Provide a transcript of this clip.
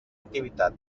activitat